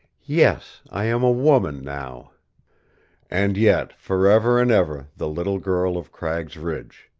yes, i am a woman now and yet forever and ever the little girl of cragg's ridge,